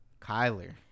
Kyler